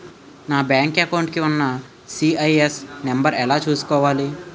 నా bank account కి ఉన్న సి.ఐ.ఎఫ్ నంబర్ ఎలా చూసుకోవాలి?